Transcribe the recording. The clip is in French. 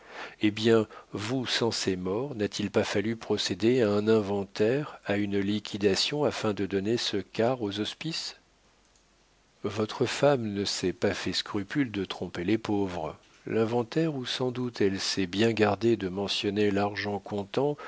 eh bien vous censé mort n'a-t-il pas fallu procéder à un inventaire à une liquidation afin de donner ce quart aux hospices votre femme ne s'est pas fait scrupule de tromper les pauvres l'inventaire où sans doute elle s'est bien gardée de mentionner l'argent comptant